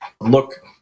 Look